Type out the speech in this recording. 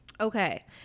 okay